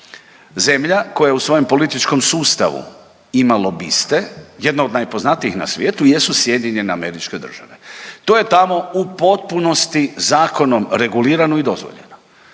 Zemlja koja u svojem političkom sustavu ima lobiste, jedna od najpoznatijih na svijetu jesu Sjedinjene Američke države. To je tamo u potpunosti zakonom regulirano i dozvoljeno.